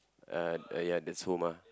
uh uh ya that's home ah